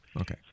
Okay